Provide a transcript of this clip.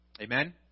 Amen